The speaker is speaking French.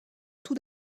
tout